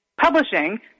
publishing